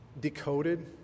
decoded